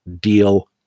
deal